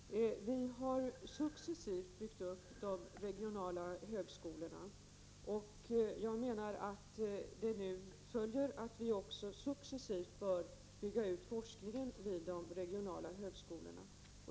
Fru talman! Vi har successivt byggt upp de regionala högskolorna. Av det följer nu att vi successivt bör bygga ut forskningen vid de regionala högskolorna.